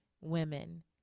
women